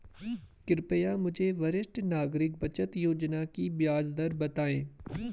कृपया मुझे वरिष्ठ नागरिक बचत योजना की ब्याज दर बताएँ